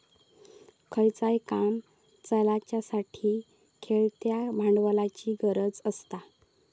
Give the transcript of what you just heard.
खयचाय काम चलाच्यासाठी खेळत्या भांडवलाची गरज आसता